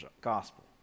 Gospel